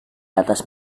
atas